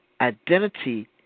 identity